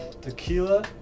tequila